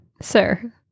sir